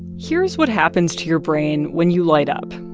here's what happens to your brain when you light up.